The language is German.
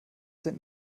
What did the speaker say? sind